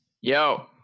Yo